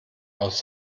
aus